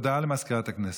הודעה לסגנית מזכיר הכנסת.